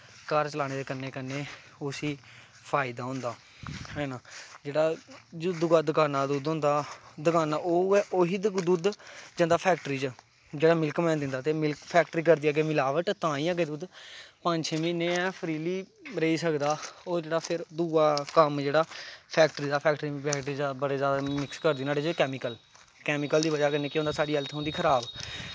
घर चलाने दे कन्नै कन्नै उसी फायदा होंदा है ना जेह्ड़ा दूआ दकाना दा दुद्ध होंदा दकाना ओह् उ'यै ओही दुद्ध जंदा फैक्टरी च जेह्ड़ा मिल्क मैन दिंदा ते मिल्क फैक्टरी करदी अग्गें मलाबट तां गै अग्गें दुद्ध पंज छे म्हीने फ्रीली रेही सकदा ओह् जेह्ड़ा फिर जेह्ड़ा दूआ कम्म जेह्ड़ा फैक्टरी दा फैक्टरी बड़े जादा मिक्स करदी नोहाड़े च कैमिकल कैमिकल दी बजह् कन्नै केह् होंदा साढ़ी हैल्थ होंदी खराब